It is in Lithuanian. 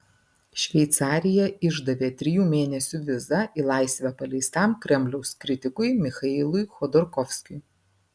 šveicarija išdavė trijų mėnesių vizą į laisvę paleistam kremliaus kritikui michailui chodorkovskiui